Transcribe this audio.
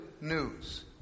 news